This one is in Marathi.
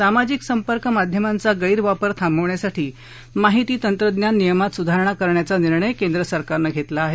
सामाजिक संपर्क माध्यमांचा गैरवापर थांबवण्यासाठी माहिती तंत्रज्ञान नियमात सुधारणा करण्याचा निर्णय केंद्र सरकारनं घेतला आहे